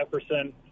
Jefferson